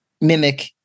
mimic